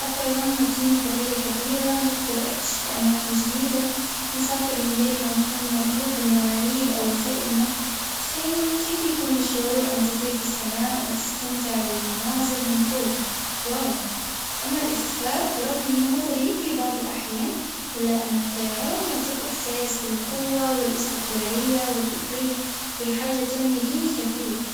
الطيران يعطيني حرية كبيرة بقدر أكتشف أماكن جديدة، نسافر من غير ما نكون مربوط بمواعيد أو وسائل نقل، تخيل كيف يكون الشعور أن تطير في السماء وتستمتع بالمناظر من فوق، واو، أما الاختفاء بالرغم إنه مغري في بعض الأحيان إلا إان الطيران يعطيك إحساس بالقوة والاستقلالية والحرية، هي حاجة تعني لي الكثير.